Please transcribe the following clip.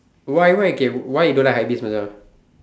why why K why you don't like hypebeast Macha